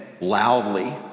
loudly